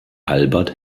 albert